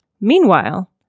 Meanwhile